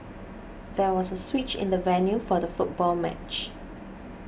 there was a switch in the venue for the football match